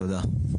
תודה.